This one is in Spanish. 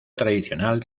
tradicional